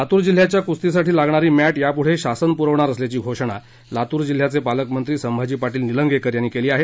लातूर जिल्ह्याच्या कुस्तीसाठी लागणारी मॅट यापूढे शासन पुरवणार असल्याची घोषणा लातूर जिल्ह्याचे पालकमंत्री संभाजी पाटील निलंगेकर यांनी केली आहे